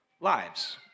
lives